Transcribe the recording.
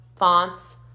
fonts